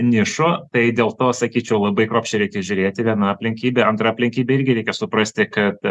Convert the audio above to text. nišų tai dėl to sakyčiau labai kruopščiai reikia žiūrėti viena aplinkybė antra aplinkybė irgi reikia suprasti kad